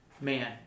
man